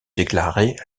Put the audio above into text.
déclarer